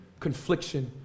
confliction